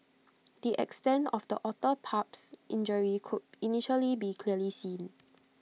the extent of the otter pup's injury could initially be clearly seen